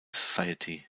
society